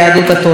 אדוני.